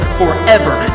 forever